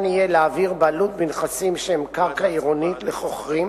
יהיה להעביר בעלות בנכסים שהם קרקע עירונית לחוכרים